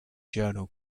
journal